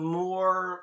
more